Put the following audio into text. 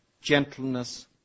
gentleness